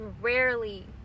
rarely